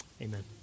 Amen